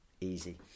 easy